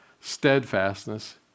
steadfastness